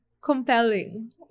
compelling